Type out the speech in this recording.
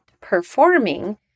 performing